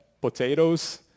potatoes